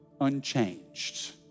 unchanged